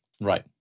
Right